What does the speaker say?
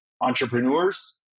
entrepreneurs